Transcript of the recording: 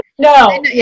No